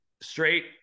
straight